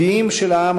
חבר הכנסת אורי מקלב.